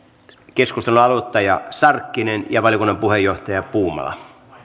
keskustelun aloittaja sarkkinen ja valiokunnan puheenjohtaja puumala